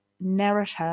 narrative